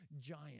giant